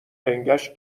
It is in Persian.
لنگش